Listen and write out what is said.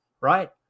right